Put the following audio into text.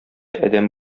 адәм